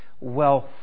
wealth